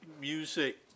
music